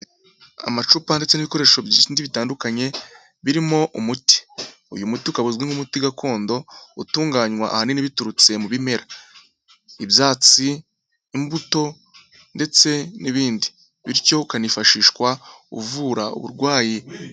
Amacupa ndetse n'ibikoresho byinshi bitandukanye birimo umuti, uyu muti ukaba uzwi nk'umuti gakondo utunganywa ahanini biturutse mu bimera, ibyatsi, imbuto, ndetse n'ibindi, bityo ukanifashishwa uvura uburwayi.